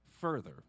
further